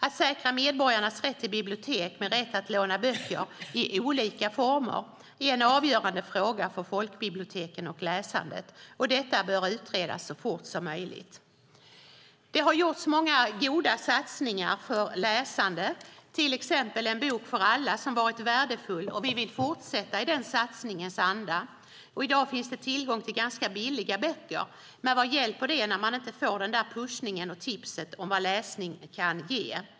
Att säkra medborgarnas rätt till bibliotek med rätt att låna ut böcker i olika former är en avgörande fråga för folkbiblioteken och läsandet, och detta bör utredas så fort som möjligt. Det har gjorts många goda satsningar för läsandet, till exempel En bok för alla som har varit värdefull och vi vill fortsätta i denna satsnings anda. I dag finns det tillgång till ganska billiga böcker. Men vad hjälper det när man inte får någon pushning eller tips om vad läsning kan ge?